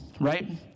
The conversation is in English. right